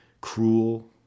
cruel